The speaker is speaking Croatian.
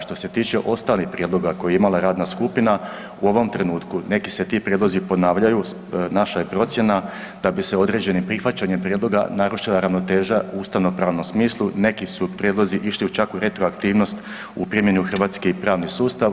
Što se tiče ostalih prijedloga koje je imala radna skupina, u ovom trenutku neki se ti prijedlozi ponavljaju, naša je procjena da bi se određeni prihvaćanjem prijedloga narušila ravnoteža u ustavnopravnom smislu, neki su prijedlozi išli čak u retroaktivnost u primjeni u hrvatski pravni sustav.